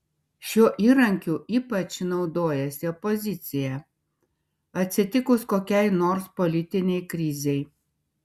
šiuo įrankiu ypač naudojasi opozicija atsitikus kokiai nors politinei krizei